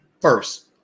first